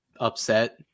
upset